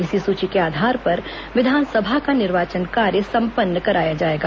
इसी सूची के आधार पर विधानसभा का निर्वाचन कार्य सम्पन्न कराया जाएगा